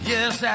Yes